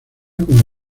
como